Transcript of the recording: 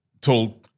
Told